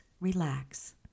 Relax